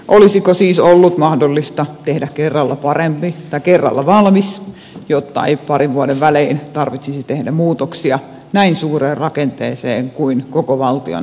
olisiko siis ollut mahdollista tehdä kerralla paremmin tai kerralla valmis jotta ei parin vuoden välein tarvitsisi tehdä muutoksia näin suureen rakenteeseen kuin koko valtion aluehallintorakenne on